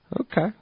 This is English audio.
Okay